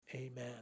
Amen